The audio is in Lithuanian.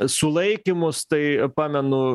sulaikymus tai pamenu